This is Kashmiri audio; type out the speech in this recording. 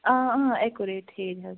آ اۭں ایٚکوریٹ ٹھیٖک حظ